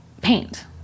paint